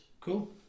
Cool